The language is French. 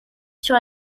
sur